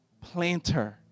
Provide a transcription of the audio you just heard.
planter